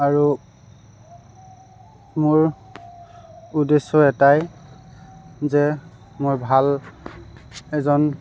আৰু মোৰ উদ্দেশ্য এটাই যে মই ভাল এজন